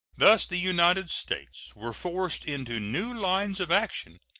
thus the united states were forced into new lines of action,